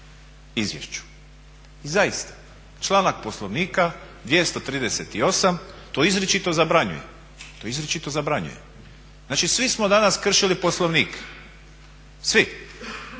izvješću. i zaista članak Poslovnika 238.to izričito zabranjuje. Znači svi smo danas kršili Poslovnik, svi.